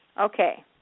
Okay